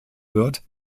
wird